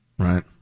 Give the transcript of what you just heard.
Right